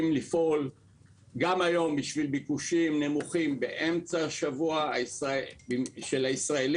לפעול גם היום בשביל ביקושים נמוכים באמצע השבוע של הישראלים.